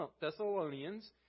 Thessalonians